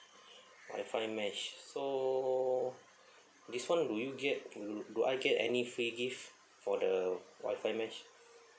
wi-fi mesh so this [one] do you get do do I get any free gift for the wi-fi mesh